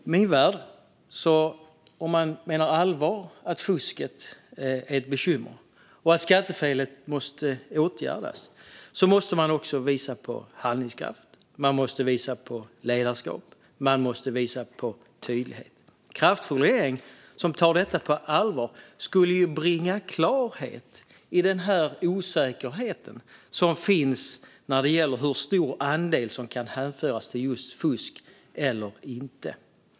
I min värld måste man, om man menar allvar med att fusket är ett bekymmer och att skattefelet måste åtgärdas, också visa handlingskraft, ledarskap och tydlighet. En kraftfull regering som tar frågan på allvar skulle bringa klarhet i den osäkerhet som finns när det gäller hur stor andel som kan hänföras till just fusk och inte.